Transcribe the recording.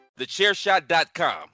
TheChairShot.com